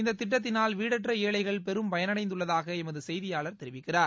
இந்த திட்டத்தினால் வீடற்ற ஏழைகள் பெரும் பயனடைந்துள்ளதாக எமது செய்தியாளர் தெரிவிக்கிறார்